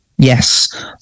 Yes